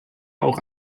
auch